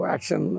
Action